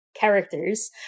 characters